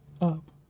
Up